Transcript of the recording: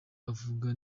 avuga